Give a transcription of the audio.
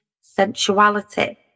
sensuality